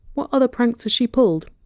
what other pranks has she pulled?